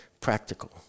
practical